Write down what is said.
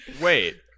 wait